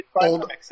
old